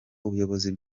ubuyobozi